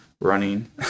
running